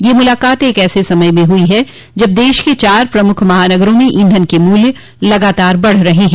ये मुलाकात एक ऐसे समय में हुई है जब देश के चार प्रमुख महानगरों में इंधन के मूल्य लगातार बढ़ रहे हैं